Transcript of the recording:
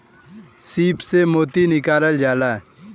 सीप से मोती निकालल जाला